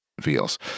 feels